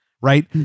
right